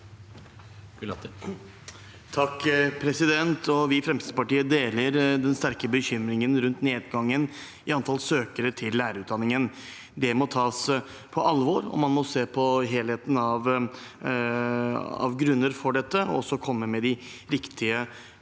Vi i Fremskritts- partiet deler den sterke bekymringen rundt nedgangen i antall søkere til lærerutdanningen. Det må tas på alvor, og man må se på helheten når det gjelder grunner til dette, og så komme med de riktige tiltakene.